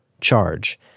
charge